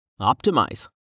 optimize